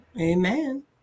Amen